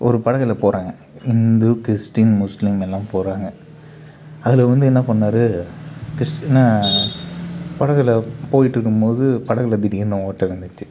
ஒரு படகில் போகிறாங்க இந்து கிறிஸ்டீன் முஸ்லீம் எல்லாம் போகிறாங்க அதில் வந்து என்ன பண்ணார் கிறிஸ்டீன படகில் போயிட்டு இருக்கும்போது படகில் திடீர்னு ஓட்டை இருந்துச்சு